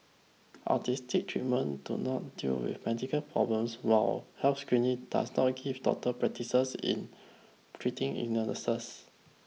artistic treatments do not deal with medical problems while health screening does not give doctors practices in treating illnesses